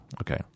Okay